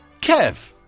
Kev